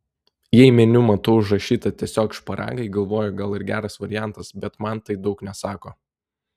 jei meniu matau užrašyta tiesiog šparagai galvoju gal ir geras variantas bet man tai daug nesako